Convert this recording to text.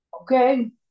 Okay